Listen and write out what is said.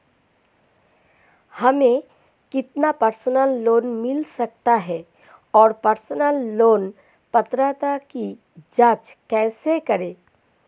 हमें कितना personal loan मिल सकता है और पर्सनल लोन पात्रता की जांच कैसे करें?